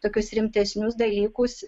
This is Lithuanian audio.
tokius rimtesnius dalykus